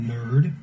Nerd